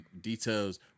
details